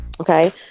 okay